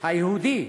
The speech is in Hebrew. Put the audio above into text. "היהודי,